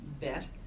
bet